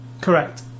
correct